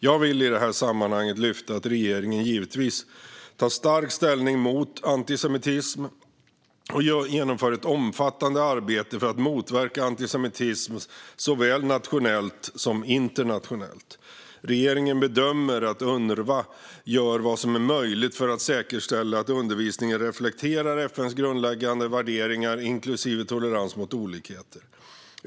Jag vill i det här sammanhanget lyfta fram att regeringen givetvis starkt tar ställning mot antisemitism och genomför ett omfattande arbete för att motverka antisemitism, såväl nationellt som internationellt. Regeringen bedömer att Unrwa gör vad som är möjligt för att säkerställa att undervisningen reflekterar FN:s grundläggande värderingar, inklusive tolerans mot olikheter.